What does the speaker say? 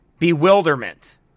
Bewilderment